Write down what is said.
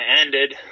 ended